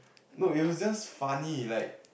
no it was just funny like